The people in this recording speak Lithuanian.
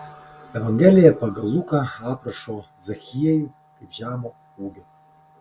evangelija pagal luką aprašo zachiejų kaip žemo ūgio